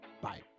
Bye